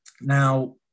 Now